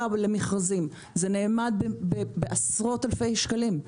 למכרזים זה נאמד בעשרות אלפי שקלים.